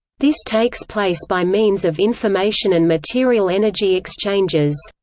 this takes place by means of information and material-energy exchanges.